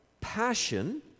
passion